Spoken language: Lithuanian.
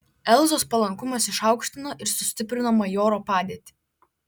elzos palankumas išaukštino ir sustiprino majoro padėtį